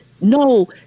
No